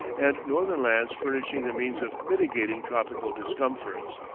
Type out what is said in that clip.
and northern lands furnishing the means of mitigating tropical discomforts.